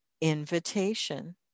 invitation